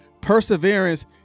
perseverance